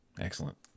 Excellent